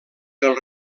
del